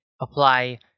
apply